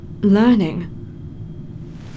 learning